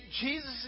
Jesus